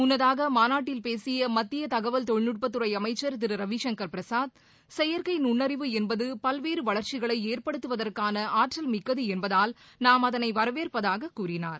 முன்னதாக மாநாட்டில் பேசிய மத்திய தகவல் தொழில்நுட்பத்துறை அமைச்சர் திரு ரவிசங்கர் பிரசாத் செயற்கை நுண்ணறிவு என்பது பல்வேறு வளர்ச்சிகளை ஏற்படுத்துவதற்கான ஆற்றல் மிக்கது என்பதால் நாம் அதனை வரவேற்பதாக கூறினார்